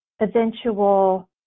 eventual